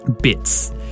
bits